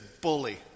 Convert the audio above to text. bully